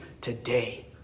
today